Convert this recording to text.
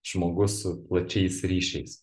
žmogus su plačiais ryšiais